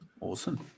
Awesome